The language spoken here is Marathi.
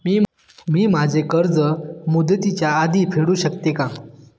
मी माझे कर्ज मुदतीच्या आधी फेडू शकते का?